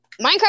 Minecraft